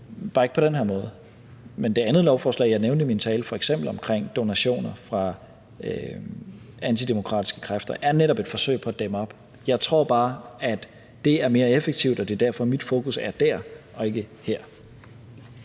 bare ikke på den her måde. Men det andet lovforslag, jeg nævnte i mine tale, om donationer fra antidemokratiske kræfter, er netop et forsøg på at dæmme op for det. Jeg tror bare, at det er mere effektivt, og det er derfor, mit fokus er der og ikke her.